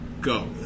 Go